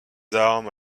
armes